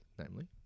namely